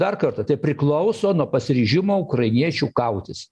dar kartą tai priklauso nuo pasiryžimo ukrainiečių kautis